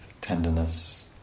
tenderness